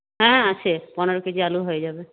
হ্যাঁ আছে পনেরো কেজি আলুও হয়ে যাবে